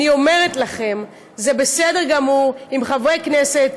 אני אומרת: זה בסדר גמור אם חברי כנסת,